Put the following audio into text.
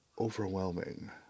overwhelming